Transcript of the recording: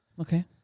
Okay